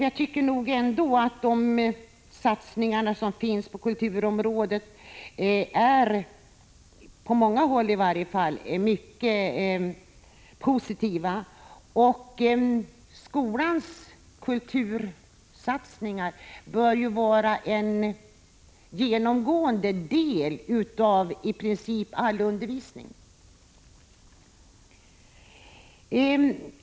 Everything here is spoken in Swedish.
Jag tycker ändå att de satsningar som görs på kulturområdet i varje fall på många håll är mycket positiva. Skolans kultursatsningar bör ju vara en utmärkande del av i princip all undervisning.